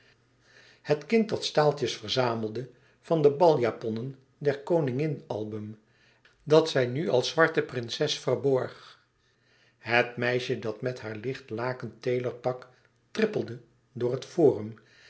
het kind dat staaltjes verzamelde van de baljaponnen der koningin album dat zij nu als zwarte prinses verborg het meisje dat met haar licht laken tailorpak trippelde door het forum